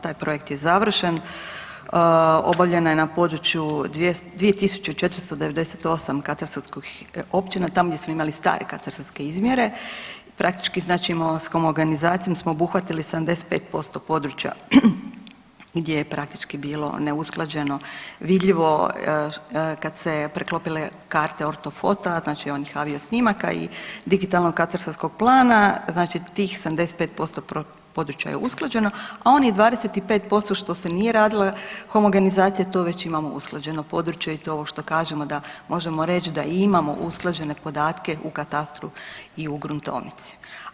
Taj projekt je završen, obavljena je na području 2498 katastarskih općina, tamo gdje smo imali stare katastarske izmjere, praktički znači s homogenizacijom smo obuhvatili 75% područja gdje je praktički bilo neusklađeno vidljivo kad se preklopile karte ortofotoa znači onih avio snimaka i digitalnog katastarskog plana znači tih 75% područja je usklađeno, a onih 25% što se nije radila homogenizacija to već imamo usklađeno, područje i to ovo što kažemo da možemo reć da imamo usklađene podatke u katastru i u gruntovnici.